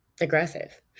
aggressive